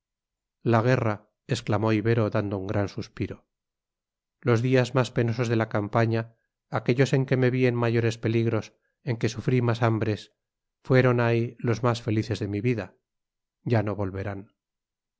la guerra exclamó ibero dando un gran suspiro los días más penosos de la campaña aquellos en que me vi en mayores peligros en que sufrí más hambres fueron ay los más felices de mi vida ya no volverán